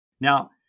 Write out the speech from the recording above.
now